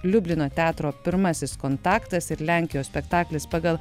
liublino teatro pirmasis kontaktas ir lenkijos spektaklis pagal